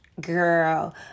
girl